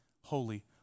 holy